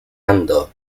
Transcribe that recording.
andò